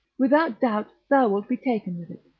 without doubt thou wilt be taken with it.